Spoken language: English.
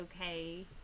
okay